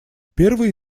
первый